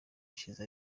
ishize